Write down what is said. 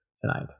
tonight